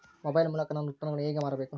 Mobile ಮೂಲಕ ನಾನು ಉತ್ಪನ್ನಗಳನ್ನು ಹೇಗೆ ಮಾರಬೇಕು?